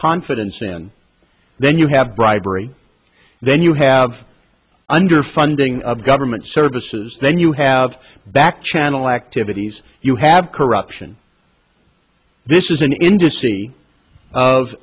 confidence in then you have bribery then you have underfunding of government services then you have back channel activities you have corruption this is an industry of